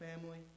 family